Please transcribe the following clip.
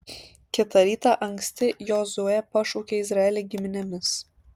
kitą rytą anksti jozuė pašaukė izraelį giminėmis